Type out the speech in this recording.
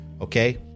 okay